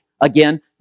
again